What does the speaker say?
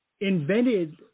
invented